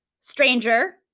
stranger